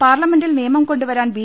പാർലമെന്റിൽ നിയമം കൊണ്ടുവരാൻ ബി